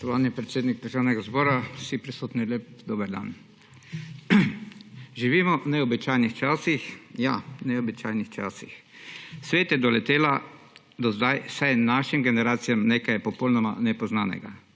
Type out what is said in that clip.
Spoštovani predsednik Državnega zbora, vsi prisotni, lep dober dan! Živimo v neobičajnih časih. Ja, neobičajnih časih. Svet je doletelo do zdaj vsaj našim generacijam nekaj popolnoma nepoznanega.